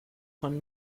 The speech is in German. von